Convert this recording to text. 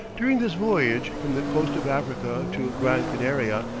during this voyage from the coast of africa to gran canaria,